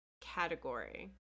category